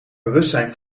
bewustzijn